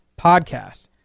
podcast